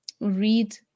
read